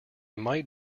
might